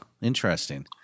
interesting